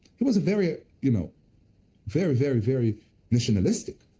he was a very ah you know very, very, very nationalistic,